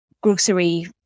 grocery